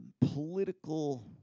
Political